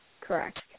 Correct